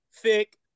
thick